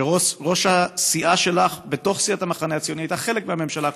שראש הסיעה שלך בתוך סיעת המחנה הציוני הייתה חלק מהממשלה הקודמת.